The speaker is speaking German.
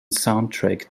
soundtrack